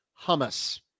hummus